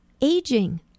aging